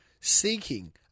Seeking